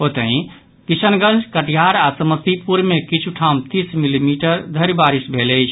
ओतहि किशनगंज कटिहार आओर समस्तीपुर मे किछु ठाम तीस मिलीमीटर धरि बारिश भेल अछि